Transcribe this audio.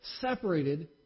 separated